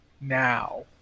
now